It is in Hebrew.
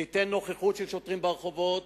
זה ייתן נוכחות של שוטרים ברחובות,